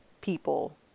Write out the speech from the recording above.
people